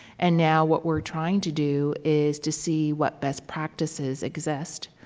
and now what we're trying to do is to see what best practices exist,